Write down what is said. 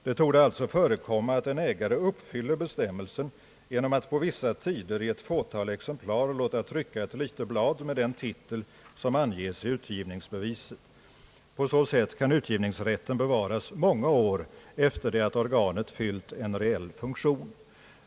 Det torde alltså förekomma att en ägare uppfyller bestämmelsen genom att på vissa tider i ett fåtal exemplar låta trycka ett litet blad med den titel som anges i utgivningsbeviset. På så sätt kan utgivningsrätten bevaras många år efter det att organet fyllt en reell funktion.